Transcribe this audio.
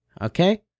okay